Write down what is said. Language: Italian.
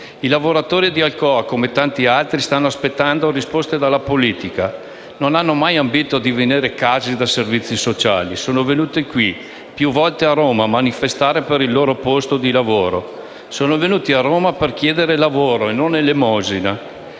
I lavoratori di Alcoa, come tanti altri, stanno aspettando risposte dalla politica, non hanno mai ambito a divenire casi da servizi sociali. Sono venuti più volte qui, a Roma, a manifestare per il loro posto di lavoro. Sono venuti a Roma per chiedere lavoro e non elemosina